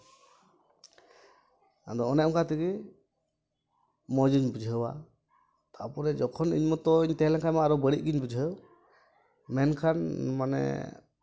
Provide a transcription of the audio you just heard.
ᱟᱫᱚ ᱚᱱᱮ ᱚᱱᱠᱟ ᱛᱮᱜᱮ ᱢᱚᱡᱤᱧ ᱵᱩᱡᱷᱟᱹᱣᱟ ᱛᱟᱯᱚᱨᱮ ᱡᱚᱠᱷᱚᱱ ᱤᱧ ᱢᱚᱛᱚᱧ ᱛᱟᱦᱮᱸᱞᱮᱱ ᱠᱷᱟᱱ ᱢᱟ ᱟᱨᱚ ᱵᱟᱹᱲᱤᱡ ᱜᱤᱧ ᱵᱩᱡᱷᱟᱹᱣ ᱢᱮᱱᱠᱷᱟᱱ ᱢᱟᱱᱮ